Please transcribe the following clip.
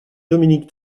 dominique